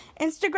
Instagram